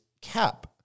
CAP